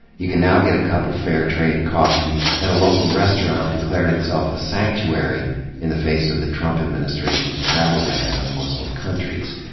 you can now get a cup of fair trade coffee, and a local restaurant declared itself a sanctuary in the face of the trump administration's travel ban on muslim countries.